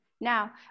Now